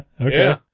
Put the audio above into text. okay